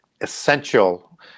essential